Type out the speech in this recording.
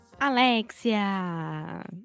Alexia